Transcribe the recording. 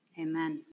Amen